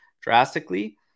drastically